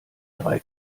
drei